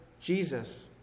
Jesus